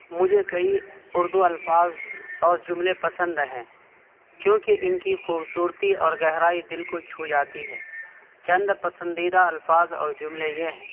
مجھے کئی اردو الفاظ اور جملے پسند ہیں کیونکہ ان کی خوبصورتی اور گہرائی دل کو چھو جاتی ہے چند پسندیدہ الفاظ اور جملے یہ ہیں